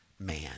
man